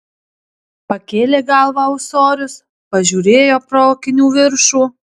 pakėlė galvą ūsorius pažiūrėjo pro akinių viršų